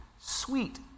sweet